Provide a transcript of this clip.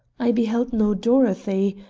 i beheld no dorothy,